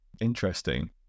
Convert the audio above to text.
Interesting